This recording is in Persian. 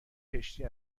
کشتی